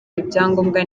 ibyangombwa